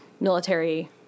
military